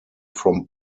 from